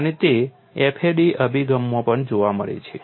અને તે FAD અભિગમમાં પણ જોવા મળે છે